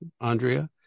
Andrea